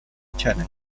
channel